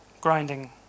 grinding